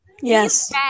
Yes